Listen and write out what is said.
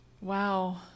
Wow